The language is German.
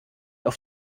auf